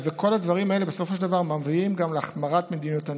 כל הדברים האלה בסופו של דבר מביאים גם להחמרת מדיניות הענישה,